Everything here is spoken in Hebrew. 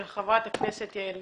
של חברת הכנסת יעל גרמן,